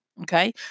Okay